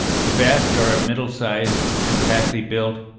the basque are of middle size, compactly built,